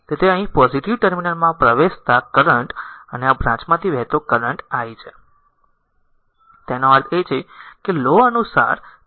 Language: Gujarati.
તેથી અહીં પોઝીટીવ ટર્મિનલમાં પ્રવેશતા કરંટ અને આ બ્રાંચમાંથી વહેતો કરંટ i છે તેનો અર્થ એ છે કે લો અનુસાર તે 5 i